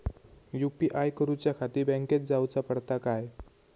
UPI करूच्याखाती बँकेत जाऊचा पडता काय?